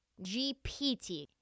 GPT